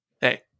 hey